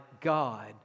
God